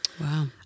Wow